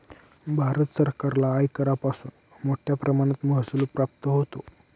भारत सरकारला आयकरापासून मोठया प्रमाणात महसूल प्राप्त होतो